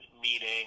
meeting